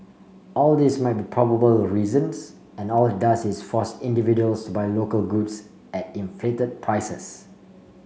all these might be probable reasons and all it does is force individuals to buy local goods at inflated prices